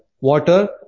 water